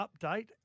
update